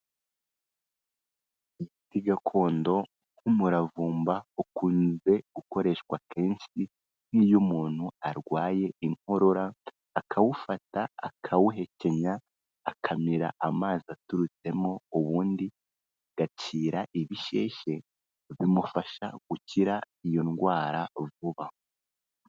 Igiti gakondo nk'umuravumba, ukunze gukoreshwa kenshi nk'iyo umuntu arwaye inkorora akawufata akawuhekenya akamira amazi aturutsemo, ubundi agakira ibisheshe, bimufasha gukira iyo ndwara vuba.